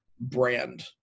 brand